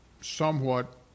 somewhat